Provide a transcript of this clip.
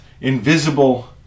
invisible